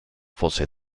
fosse